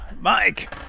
Mike